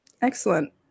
Excellent